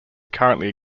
currently